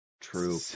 True